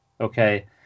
okay